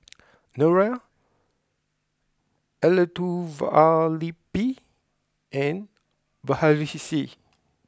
Niraj Elattuvalapil and Verghese